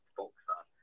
boxer